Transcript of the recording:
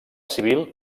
civil